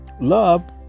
Love